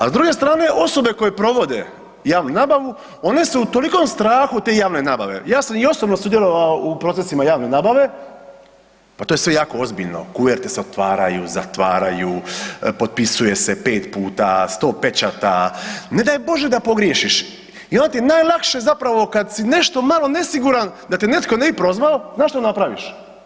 A s druge strane, osobe koje provode javnu nabavu, oni su u tolikom strahu od te javne nabave, ja sam i osobno sudjelovao u procesima javne nabave, pa to je sve jako ozbiljno, kuverte se otvaraju, zatvaraju, potpisuje se 5 puta, 100 pečata, ne daj Bože da pogriješiš i onda ti je najlakše zapravo kad si nešto malo nesiguran da te netko ne bi prozvao, znaš što napraviš?